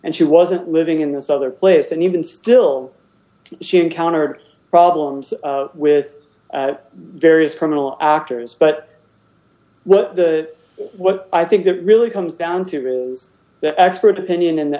and she wasn't living in this other place and even still she encountered problems with various criminal actors but well the what i think that really comes down to is the expert opinion in the